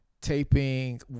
taping